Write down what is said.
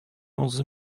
onze